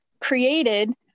created